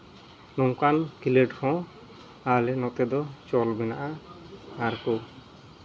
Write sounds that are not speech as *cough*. ᱱᱚᱝᱠᱟᱱ ᱠᱷᱮᱞᱚᱸᱰ ᱦᱚᱸ ᱟᱞᱮ ᱱᱚᱛᱮ ᱫᱚ ᱪᱚᱞ ᱢᱮᱱᱟᱜᱼᱟ ᱟᱨ ᱠᱚ *unintelligible*